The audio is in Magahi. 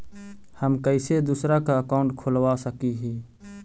हम कैसे दूसरा का अकाउंट खोलबा सकी ही?